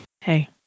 Hey